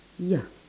ya